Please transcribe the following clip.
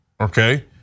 okay